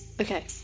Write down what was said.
Okay